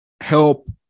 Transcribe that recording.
help